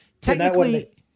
Technically